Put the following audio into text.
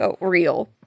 real